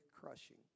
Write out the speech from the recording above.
crushing